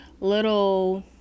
little